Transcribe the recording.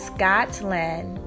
Scotland